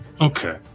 Okay